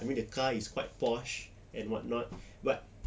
I mean the car is quite posh and whatnot but